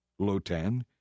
Lotan